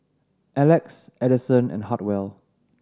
Alex Adison and Hartwell